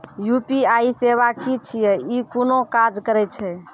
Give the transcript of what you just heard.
UPI सेवा की छियै? ई कूना काज करै छै?